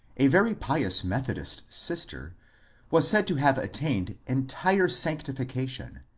a very pious methodist sister was said to have attained entire sanctification,